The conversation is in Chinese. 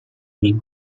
排名